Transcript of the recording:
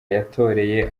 yatoreye